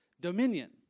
dominion